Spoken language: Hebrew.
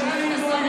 למי היא מועילה?